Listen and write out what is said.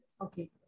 Okay